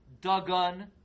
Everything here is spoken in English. Dagon